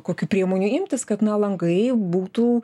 kokių priemonių imtis kad langai būtų